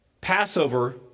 Passover